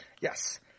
Yes